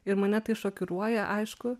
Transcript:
ir mane tai šokiruoja aišku